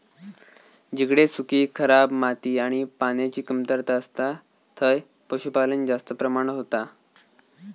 जिकडे सुखी, खराब माती आणि पान्याची कमतरता असता थंय पशुपालन जास्त प्रमाणात होता